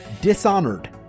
dishonored